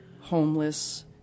homeless